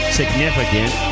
significant